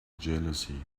jealousy